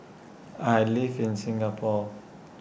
I live in Singapore